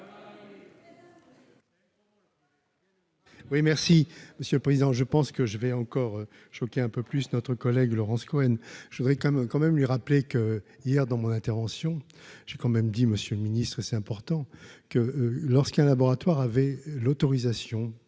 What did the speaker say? Monsieur le Président, je pense que je vais encore, je crois qu'il y est un peu plus notre collègue Laurence Cohen, je voudrais quand même quand même lui rappeler qu'hier dans mon intervention, j'ai quand même dit Monsieur le Ministre, c'est important que lorsqu'un laboratoire avait l'autorisation